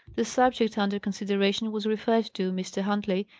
the subject under consideration was referred to mr. huntley,